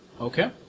Okay